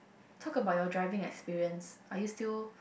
talk about your driving experience are you still